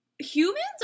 Humans